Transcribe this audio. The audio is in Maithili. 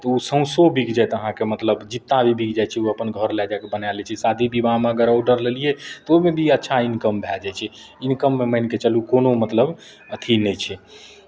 तऽ ओ सौँसो बिक जायत अहाँकेँ मतलब जिन्दा भी बिक जाइ छै ओ अपन घर लए जाय कऽ बना लै छै शादी विवाहमे अगर ऑर्डर लेलियै तऽ ओहिमे भी अच्छा इनकम भए जाइ छै इनकममे मानि कऽ चलू कोनो मतलब अथि नहि छै